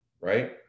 right